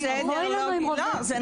זה